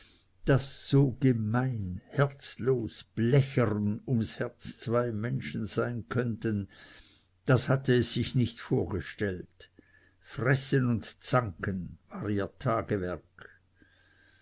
daß so gemein herzlos blechern ums herz zwei menschen sein könnten das hatte es sich nicht vorgestellt fressen und zanken war ihr tagewerk